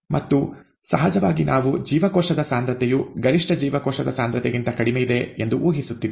ಮತ್ತು ಸಹಜವಾಗಿ ನಾವು ಜೀವಕೋಶದ ಸಾಂದ್ರತೆಯು ಗರಿಷ್ಠ ಜೀವಕೋಶದ ಸಾಂದ್ರತೆಗಿಂತ ಕಡಿಮೆಯಿದೆ ಎಂದು ಊಹಿಸುತ್ತಿದ್ದೇವೆ